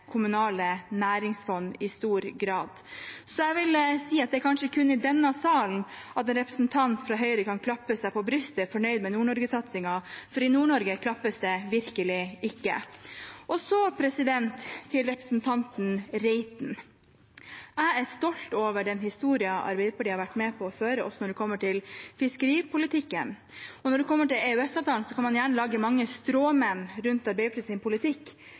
kommunale næringsfond. Jeg vil si at det kanskje kun er i denne salen at en representant fra Høyre kan klappe seg på brystet og være fornøyd med Nord-Norge-satsingen, for i Nord-Norge klappes det virkelig ikke. Til representanten Reiten: Jeg er stolt over den historien Arbeiderpartiet har vært med på å føre, også når det gjelder fiskeripolitikken. Når det gjelder EØS-avtalen, kan man gjerne lage mange stråmenn rundt Arbeiderpartiets politikk,